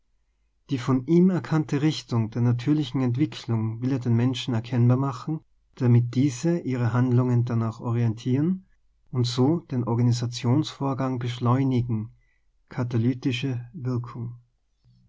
die von ihm er kannte richtung der natürlichen entwicklung will er den menschen erkennbar machen damit diese ihre handlungen danach orientieren und und so den organisationsvorgang beschleu nigen katalytische wirkung